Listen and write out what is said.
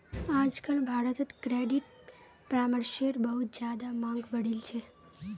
आजकल भारत्त क्रेडिट परामर्शेर बहुत ज्यादा मांग बढ़ील छे